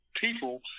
people